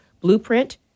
blueprint